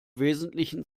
wesentlichen